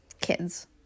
kids